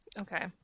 Okay